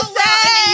say